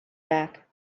back